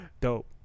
Dope